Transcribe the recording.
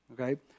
okay